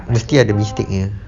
mesti ada mistake punya